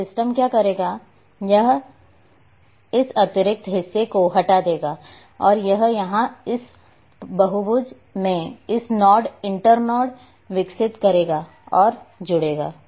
और सिस्टम क्या करेगा यह इस अतिरिक्त हिस्से को हटा देगा और यह यहां इस बहुभुज में एक नोड इंटर नोड विकसित करेगा और जुड़ेगा